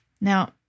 Now